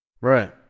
Right